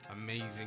Amazing